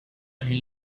only